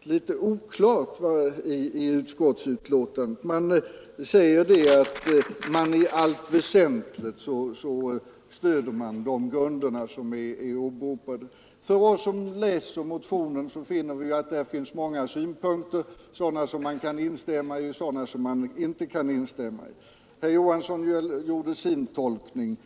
litet oklart skrivet i utskottsbetänkandet — man skriver att i allt väsentligt stöder man de grunder som åberopats. Den som läser motionen finner att där finns många synpunkter — sådana som man kan instämma i och sådana som man inte kan instämma i. Herr Johansson gjorde sin tolkning.